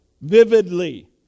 vividly